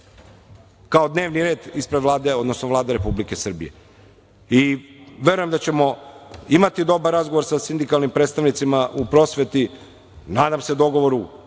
kao dnevni red ispred Vlade, odnosno Vlade Republike Srbije. Verujem da ćemo imati dobar razgovor sa sindikalnim predstavnicima u prosveti. Nadam se dogovoru.